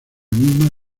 misma